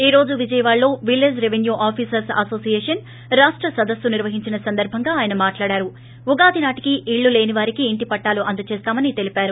ఈ రోజు విజయవాడలో విలేజ్ రెవెన్యూ ఆఫీసర్ప్ అనోసియేషన్ రాష్ట సదస్పు నిర్వహించన సందర్భంగా ఆయన మాట్లాడుతూ ఉగాది నాటికి ఇల్లు లేనివారికి ఇంటి పట్టాలు అందజేస్తామని తెలిపారు